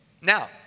Now